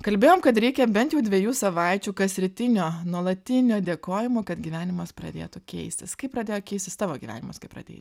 kalbėjom kad reikia bent jau dviejų savaičių kasrytinio nuolatinio dėkojimo kad gyvenimas pradėtų keistis kaip pradėjo keistis tavo gyvenimas kai pradėjai